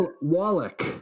Wallach